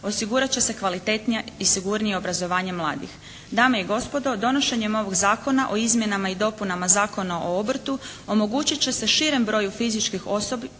osigurat će se kvalitetnije i sigurnije obrazovanje mladih. Dame i gospodo, donošenjem ovog Zakona o izmjenama i dopunama Zakona o obrtu omogućit će se širem broju fizička osoba,